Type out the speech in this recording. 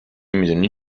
میدونی